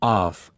off